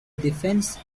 defense